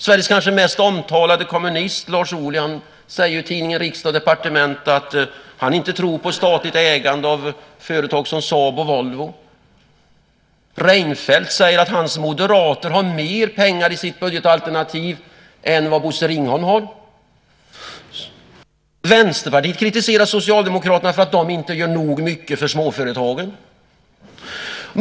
Sveriges kanske mest omtalade kommunist Lars Ohly säger i tidningen Från Riksdag & Departement att han inte tror på statligt ägande av företag som Saab och Volvo. Reinfeldt säger att hans moderater har mer pengar i sitt budgetalternativ än vad Bosse Ringholm har. Vänsterpartiet kritiserar Socialdemokraterna för att de inte gör tillräckligt mycket för småföretagen.